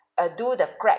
uh do the crack